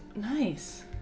Nice